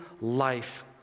life